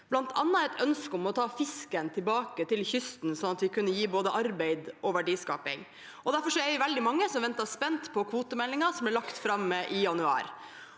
bl.a. et ønske om å ta fisken tilbake til kysten, sånn at det kunne gi både arbeid og verdiskaping. Derfor var det veldig mange som ventet spent på kvotemeldingen, som ble lagt fram i januar.